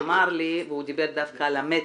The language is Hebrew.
הוא דיבר על המטרים,